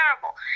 terrible